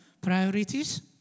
Priorities